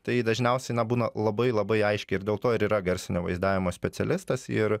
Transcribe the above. tai dažniausiai na būna labai labai aiškiai ir dėl to ir yra garsinio vaizdavimo specialistas ir